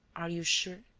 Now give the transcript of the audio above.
are you sure?